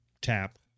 tap